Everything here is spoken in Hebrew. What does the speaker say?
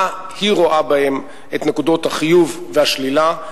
במה היא רואה את נקודות החיוב והשלילה,